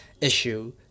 issue